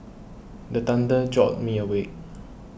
the thunder jolt me awake